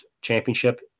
championship